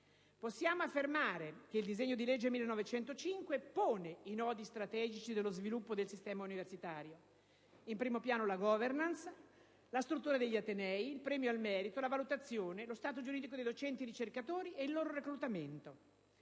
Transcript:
Possiamo affermare che il disegno di legge n. 1905 pone i nodi strategici dello sviluppo del sistema universitario: in primo piano la *governance*, la struttura degli atenei, il premio al merito, la valutazione, lo stato giuridico dei docenti ricercatori e il loro reclutamento.